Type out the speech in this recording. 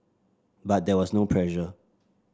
but there was no pressure